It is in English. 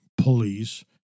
police